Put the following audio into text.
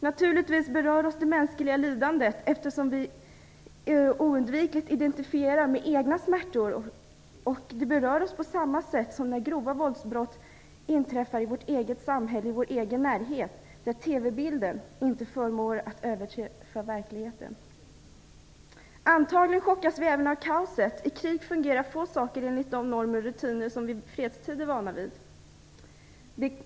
Naturligtvis berör oss det mänskliga lidandet, eftersom vi oundvikligen identifierar det med egna smärtor. Det berör oss på samma sätt som när grova våldsbrott inträffar i vårt eget samhälle i vår egen närhet, där TV-bilden inte förmår överträffa verkligheten. Antagligen chockeras vi även av kaoset - i krig fungerar få saker enligt de normer och rutiner som vi i fredstid är vana vid.